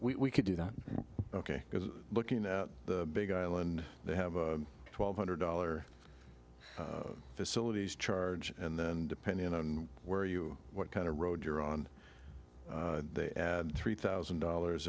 in we could do that ok because looking at the big island they have a twelve hundred dollar facilities charge and then depending on where you what kind of road you're on they add three thousand dollars